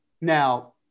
Now